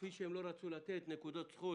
כפי שהם לא רצו לתת נקודות זכות